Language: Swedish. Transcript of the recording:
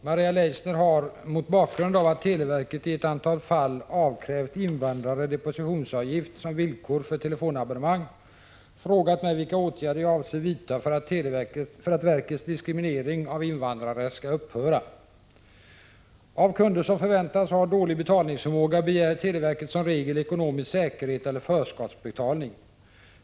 Herr talman! Maria Leissner har — mot bakgrund av att televerket i ett antal fall avkrävt invandrare depositionsavgift som villkor för telefonabonnemang -— frågat mig vilka åtgärder jag avser vidta för att verkets diskriminering av invandrare skall upphöra. Av kunder som förväntas ha dålig betalningsförmåga begär televerket som regel ekonomisk säkerhet eller förskottsbetalning.